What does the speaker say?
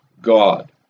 God